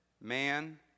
man